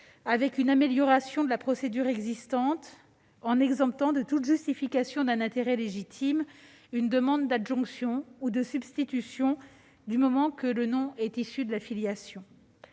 avec une amélioration de la procédure existante, en exemptant de toute justification d'un intérêt légitime une demande d'adjonction ou de substitution, pourvu que le nom soit issu de la filiation.